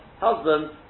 husband